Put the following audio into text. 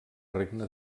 regne